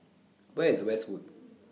Where IS Westwood